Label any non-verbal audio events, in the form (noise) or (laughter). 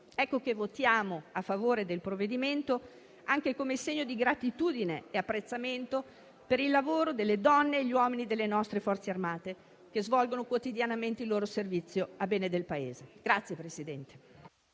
motivi, voteremo a favore del provvedimento anche come segno di gratitudine e apprezzamento per il lavoro delle donne e degli uomini delle nostre Forze armate, che svolgono quotidianamente il loro servizio per il bene del Paese. (applause)